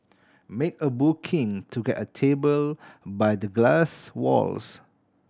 make a booking to get a table by the glass walls